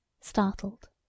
Startled